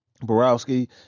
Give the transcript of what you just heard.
Borowski